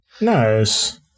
Nice